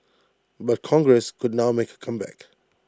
but congress could now make A comeback